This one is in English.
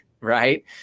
Right